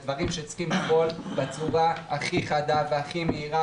אלה דברים שצריכים לפעול בצורה הכי חדה והכי מהירה